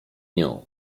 nią